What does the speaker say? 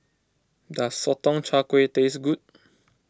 does Sotong Char Kway taste good